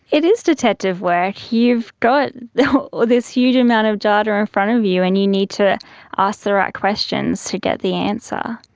it is detective work. you've got this huge amount of data in front of you and you need to ask the right questions to get the answer.